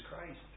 Christ